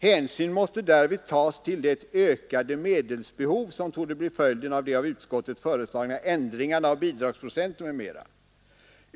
Hänsyn måste därvid tas till det ökade medelsbehov som torde bli följden av de av utskottet föreslagna ändringarna av bidragsprocenten m.m.